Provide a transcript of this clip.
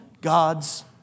God's